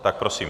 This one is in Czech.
Tak prosím.